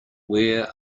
where